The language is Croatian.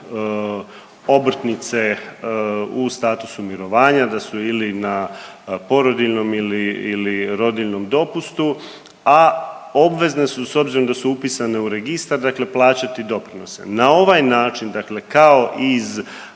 obrtnice u statusu mirovanja, da su ili na porodiljnom ili rodiljnom dopustu, a obvezen su s obzirom da su upisane u registar plaćati doprinose. Na ovaj način kao iz